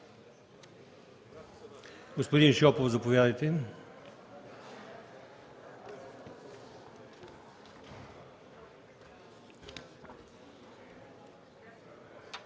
Господин Чуколов, заповядайте